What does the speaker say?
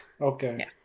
Okay